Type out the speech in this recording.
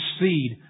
seed